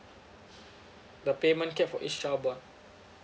the payment cap for each child born